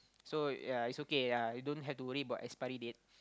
so ya it's okay yeah you don't have to worry about expiry date